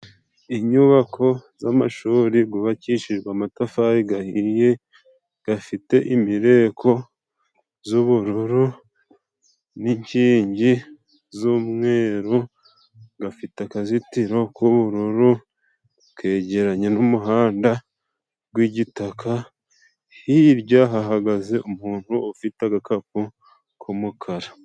Inyubako z'amashuri gwubakishijwe amatafari gahiye, gafite imireko z'ubururu n'inkingi z'umweru, gafite akazitiro k'ubururu, kegeranye n'umuhanda gw'igitaka hirya hahagaze umuntu ufite agakapu k'umukara.